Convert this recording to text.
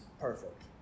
perfect